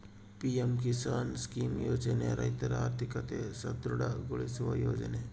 PM Kisan scheme ಯೋಜನೆ ರೈತರ ಆರ್ಥಿಕತೆ ಸದೃಢ ಗೊಳಿಸುವ ಯೋಜನೆ